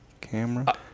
camera